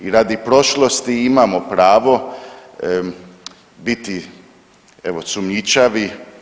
I radi prošlosti imamo pravo biti evo sumnjičavi.